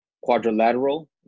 quadrilateral